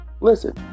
Listen